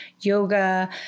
yoga